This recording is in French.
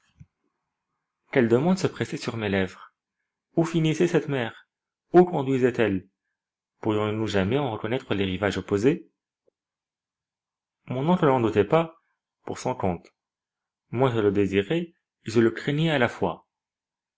quelles demandes se pressaient sur mes lèvres où finissait cette mer où conduisait elle pourrions-nous jamais en reconnaître les rivages opposés mon oncle n'en doutait pas pour son compte moi je le désirais et je le craignais à la fois